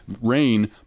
rain